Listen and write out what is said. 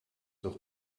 doch